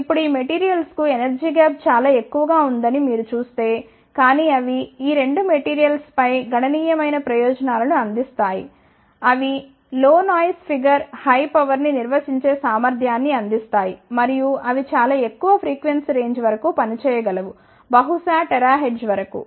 ఇప్పుడు ఈ మెటీరియల్స్ కు ఎనర్జీ గ్యాప్ చాలా ఎక్కువగా ఉందని మీరు చూస్తే కానీ అవి ఈ 2 మెటీరియల్స్ పై గణ నీయమైన ప్రయోజనాలను అందిస్తాయి అవి low noise figure high power ని నిర్వహించే సామర్థ్యాన్ని అందిస్తాయి మరియు అవి చాలా ఎక్కువ ప్రీక్వన్సీ రేంజ్ వరకు పని చేయగలవు బహుశా THz వరకు